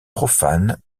profane